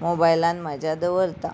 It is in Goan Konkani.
मोबायलान म्हाज्या दवरतां